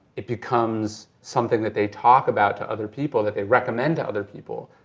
it becomes something that they talk about to other people, that they recommend to other people.